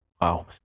Wow